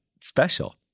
special